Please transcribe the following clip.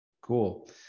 cool